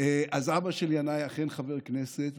אז אבא של ינאי אכן חבר כנסת,